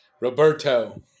Roberto